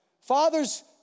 Fathers